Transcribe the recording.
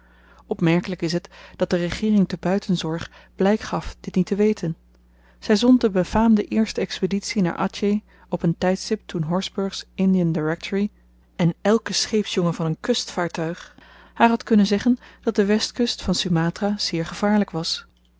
opmerkelyk is t dat de regeering te buitenzorg blyk gaf dit niet te weten zy zond de befaamde eerste expeditie naar atjeh op n tydstip toen horsburgh's indian directory en elke scheepsjongen van n kustvaartuig haar had kunnen zeggen dat de westkust van sumatra zeer gevaarlyk was